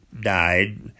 died